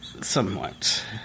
Somewhat